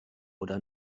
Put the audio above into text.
oder